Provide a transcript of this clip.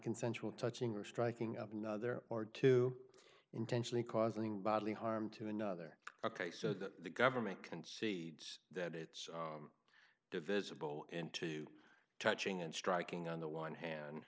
consensual touching or striking of another or to intentionally causing bodily harm to another ok so the government can see that it's divisible into touching and striking on the one hand